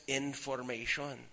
information